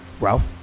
Ralph